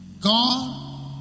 God